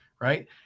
right